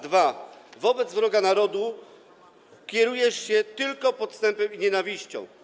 Dwa: wobec wroga narodu kierujesz się tylko podstępem i nienawiścią.